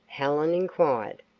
helen inquired.